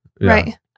right